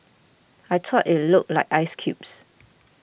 I thought it looked like ice cubes